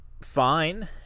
fine